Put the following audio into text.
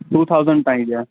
two thousand ताईं जी आहे